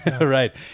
Right